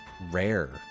Rare